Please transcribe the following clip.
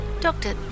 Doctor